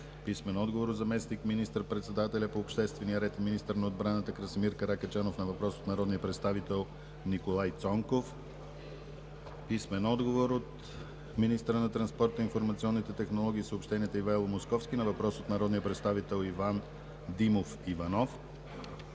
Стефан Бурджев; - заместник министър-председателя по обществения ред и министър на отбраната Красимир Каракачанов на въпрос от народния представител Николай Цонков; - министъра на транспорта и информационните технологии и съобщенията Ивайло Московски на въпрос от народния представител Иван Димов Иванов;